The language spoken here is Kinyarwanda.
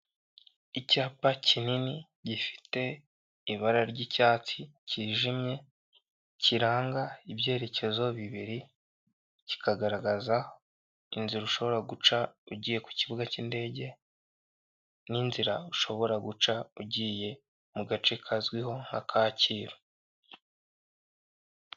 Icyapa kinini gifite ibara ry'icyatsi cyijimye kiranga ibyerekezo bibiri kikagaragaza inzira ushobora guca ugiye ku kibuga cy'indege n'inzira ushobora guca ugiye mu gace kazwiho nka kacyiru.